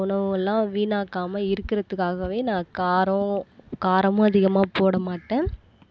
உணவுகளெலாம் வீணாக்காமல் இருக்கிறதுக்காகவே நான் காரம் காரமும் அதிகமாக போட மாட்டேன்